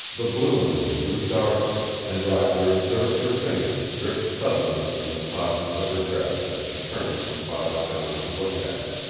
the blue in them grew darker, and roger observed her fingers grip suddenly in the softness of her dress as she turned from father john to look at him.